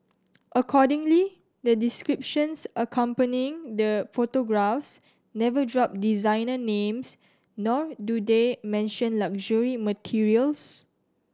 accordingly the descriptions accompanying the photographs never drop designer names nor do they mention luxury materials